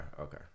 okay